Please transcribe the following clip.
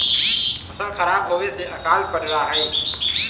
फसल खराब होवे से अकाल पडड़ा हई